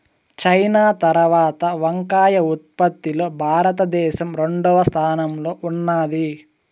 China తరవాత వంకాయ ఉత్పత్తి లో భారత దేశం రెండవ స్థానం లో ఉన్నాది